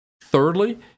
Thirdly